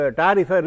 tariff